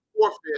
forfeit